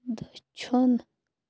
دٔچھُن